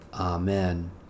Amen